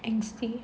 angsty